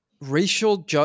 racial